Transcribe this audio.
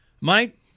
Mike